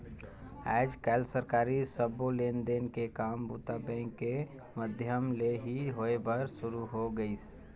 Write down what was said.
आयज कायल सरकारी सबो लेन देन के काम बूता बेंक के माधियम ले ही होय बर सुरू हो गइसे